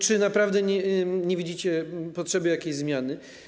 Czy naprawdę nie widzicie potrzeby jakiejś zmiany?